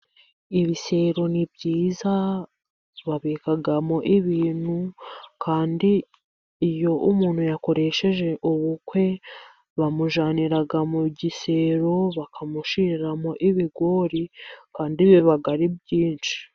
Ibisero ni byiza babikamo ibintu, kandi iyo umuntu yakoresheje ubukwe bamujyanira mu gisero, bakamushiriramo ibigori, kandi biba ari byinshi.